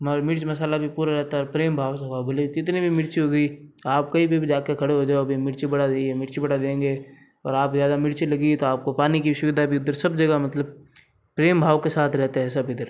मिर्च मसाला भी पूरे आता प्रेम भाव से खाओ बोले कितनी भी मिर्ची हुई आप कहीं पर भी जाकर खड़े हो जाओ अभी मिर्ची बड़ा हुई बड़ा देंगे और आपको ज़्यादा मिर्ची लगी तो आपको पानी की भी सुविधा भी उधर सब जगह मतलब प्रेम भाव से साथ रहते हैं सब इधर